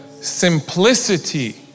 simplicity